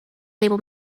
label